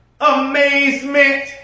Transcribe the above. amazement